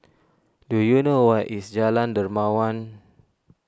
do you know where is Jalan Dermawan